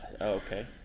Okay